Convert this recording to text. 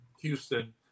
Houston